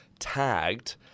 tagged